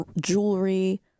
jewelry